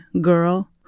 girl